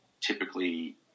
typically